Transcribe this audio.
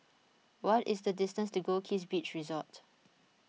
what is the distance to Goldkist Beach Resort